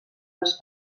les